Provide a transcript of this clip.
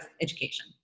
education